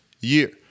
year